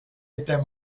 était